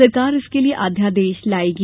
सरकार इसके लिये अध्यादेश लाएगी